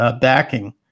Backing